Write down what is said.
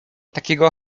takiego